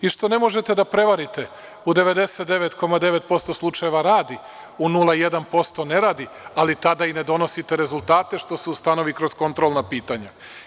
I, što ne možete da prevarite u 99,9% slučajeva radi, u 0,1% ne radi, ali tada i ne donosite rezultate što se ustanovi kroz kontrolna pitanja.